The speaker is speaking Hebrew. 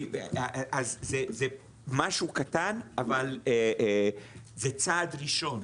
אז זה משהו קטן, אבל זה צעד ראשון.